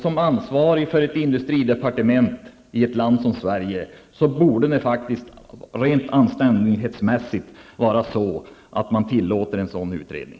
Den ansvarige för ett industridepartement i ett land som Sverige borde rent anständighetsmässigt tillåta en sådan utredning.